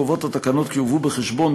קובעות התקנות כי יובאו בחשבון,